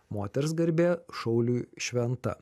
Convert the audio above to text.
moters garbė šauliui šventa